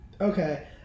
Okay